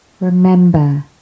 Remember